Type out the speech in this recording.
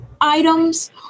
items